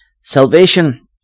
Salvation